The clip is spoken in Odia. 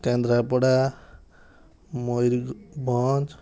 କେନ୍ଦ୍ରାପଡ଼ା ମୟୂର ଭଞ୍ଜ